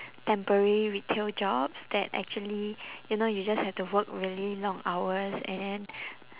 temporary retail jobs that actually you know you just have to work really long hours and then